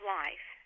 life